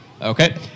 okay